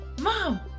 mom